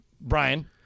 Brian